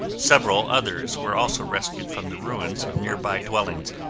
several others were also rescued from the ruins of nearby dwellings.